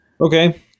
Okay